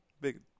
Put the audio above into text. big